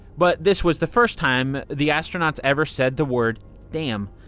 but this was the first time the astronauts ever said the word damn.